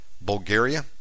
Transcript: Bulgaria